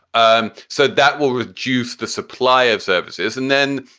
um so that will reduce the supply of services. and then,